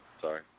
sorry